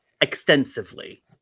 extensively